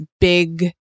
big